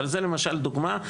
אבל זה למשל דוגמא,